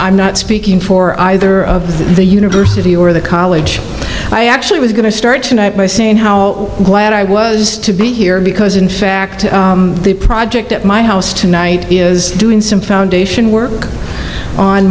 i'm not speaking for either of the university or the college i actually was going to start tonight by saying how glad i was to be here because in fact the project at my house tonight is doing some foundation work on